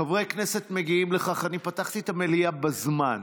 חברי כנסת מגיעים לכאן, אני פתחתי את המליאה בזמן,